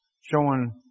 showing